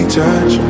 touch